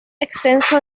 extenso